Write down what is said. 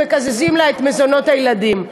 מקזזים לה את מזונות הילדים.